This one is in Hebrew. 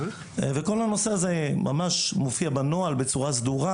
וכל הנושא הזה מופיע בנוהל בצורה סדורה,